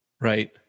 Right